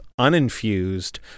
uninfused